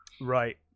Right